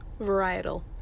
Varietal